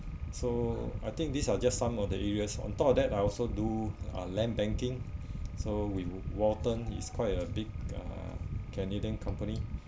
so I think these are just some of the areas on top of that I also do uh land banking so walton is quite a big uh canadian company